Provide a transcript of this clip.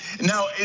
now